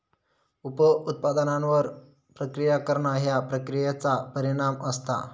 उप उत्पादनांवर प्रक्रिया करणा ह्या प्रक्रियेचा परिणाम असता